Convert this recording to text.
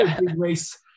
race